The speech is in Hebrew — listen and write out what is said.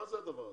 מה זה הדבר הזה?